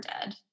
dead